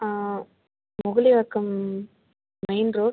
Mugalivakkam main road